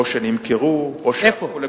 או שנמכרו או שהפכו,